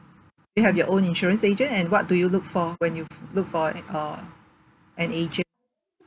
you have your own insurance agent and what do you look for when you look for an uh an agent